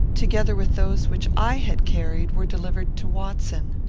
together with those which i had carried, were delivered to watson.